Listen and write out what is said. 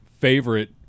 favorite